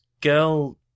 girl